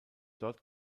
dort